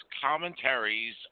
commentaries